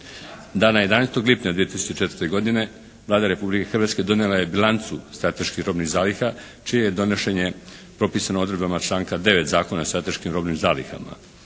Dana 11. lipnja 2004. godine Vlada Republike Hrvatske donijela je bilancu strateških robnih zaliha čije je donošenje propisano odredbama članka 9. Zakona o strateškim robnim zalihama.